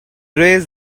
raise